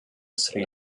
sri